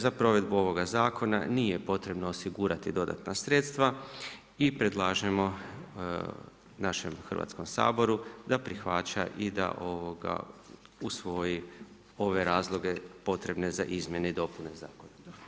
Za provedbu ovoga zakona nije potrebno osigurati dodatna sredstva i predlažemo našem Hrvatskom saboru da prihvati i da usvoji ove razloge potrebne za izmjene i dopune zakona.